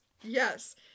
Yes